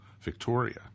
Victoria